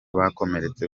bakomeretse